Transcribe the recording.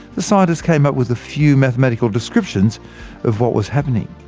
the scientists came up with a few mathematical descriptions of what was happening.